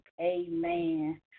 Amen